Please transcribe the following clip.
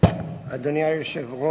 שנייה ולקריאה שלישית.